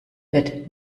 wird